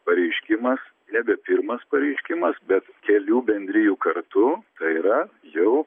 pareiškimas nebe pirmas pareiškimas bet kelių bendrijų kartutai yra jau